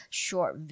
short